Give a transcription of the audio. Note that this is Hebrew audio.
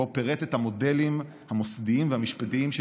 פירט את המודלים המוסדיים והמשפטיים של